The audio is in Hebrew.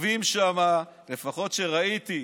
שכתובות שם, לפחות שראיתי,